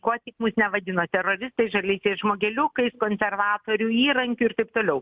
kuo tik mus nevadino teroristais žaliaisiais žmogeliukais konservatorių įrankiu ir taip toliau